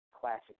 classic